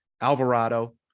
Alvarado